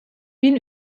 bin